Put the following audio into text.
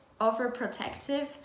overprotective